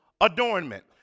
adornment